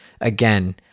again